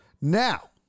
Now